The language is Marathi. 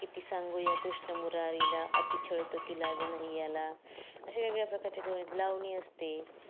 किती सांगू या कृष्णमुरारीला अति छळतो की लाज नाही याला असे वेगवेगळ्या प्रकारच्या गवळणी लावणी असते